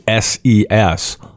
SES